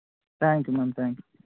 thank you ma'am thank you